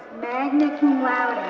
magna cum laude,